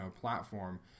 platform